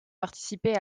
participé